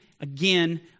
again